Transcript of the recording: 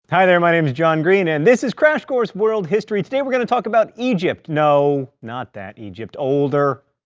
hi there, my name's john green and this is crash course world history, and today we're going to talk about egypt. no, not that egypt. older.